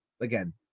again